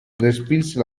respinse